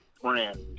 friend